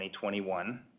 2021